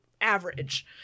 average